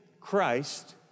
Christ